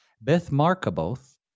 Beth-Markaboth